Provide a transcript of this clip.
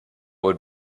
would